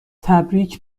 تبریک